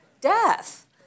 Death